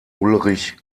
ulrich